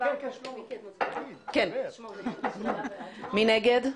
מי נגד?